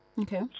Okay